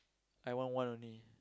I want one only